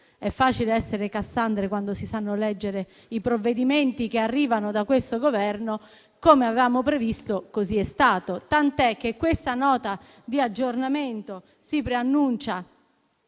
È facile essere Cassandre quando si sanno leggere i provvedimenti che arrivano da questo Governo. Come avevamo previsto, così è stato. Tant'è che questa Nota di aggiornamento si preannuncia